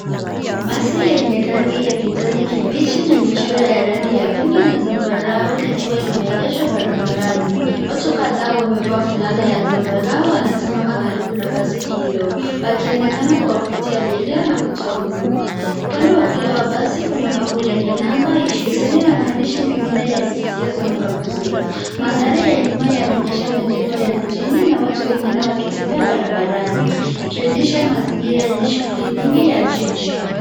Basi lenye rangi ya kijani kibichi na michoro ya rangi ya pinki na zambarau likiwa limeegeshwa barabarani. Watu kadhaa wamevaa fulana ya zambalau anasimama karibu na basi hilo. Wakionekana kuwavutia abiria na kutoa huduma. Upande wa kulia basi kuna bango lenye namba ishirini na mandishi mengine yasiyo somwa kwa vizuri. Mandhari ya nyuma yanaonyesha majengo ya mijini na watu wengine wakitembea barabarani. Ikionyesha mazingira yenye shughuli nyingi ya jiji.